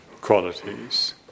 qualities